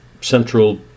central